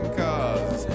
cause